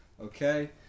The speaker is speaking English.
okay